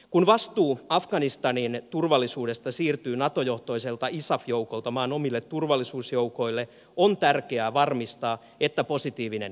kun vastuu afganistanin turvallisuudesta siirtyy nato johtoiselta isaf joukolta maan omille turvallisuusjoukoille on tärkeää varmistaa että positiivinen kehitys jatkuu